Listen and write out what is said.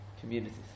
Communities